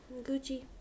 Gucci